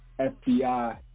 FBI